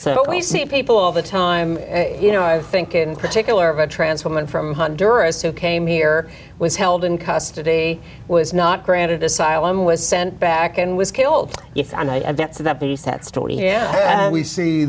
you see people all the time you know i think in particular of a trans woman from honduras who came here was held in custody was not granted asylum was sent back and was killed yes and i don't see that the set story here we see